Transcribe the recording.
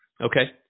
Okay